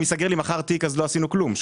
אם ייסגר לי מחר תיק, אז לא עשינו כלום.